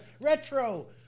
Retro